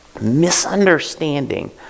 Misunderstanding